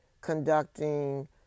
conducting